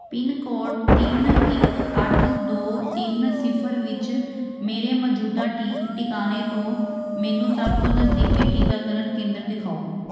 pin code ਤਿੰਨ ਇੱਕ ਅੱਠ ਦੋ ਤਿੰਨ ਸਿਫਰ ਵਿੱਚ ਮੇਰੇ ਮੌਜੂਦਾ ਟੀ ਟਿਕਾਣੇ ਤੋਂ ਮੈਨੂੰ ਸਭ ਤੋਂ ਨਜ਼ਦੀਕੀ ਟੀਕਾਕਰਨ ਕੇਂਦਰ ਦਿਖਾਓ